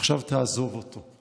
עכשיו תעזוב אותו.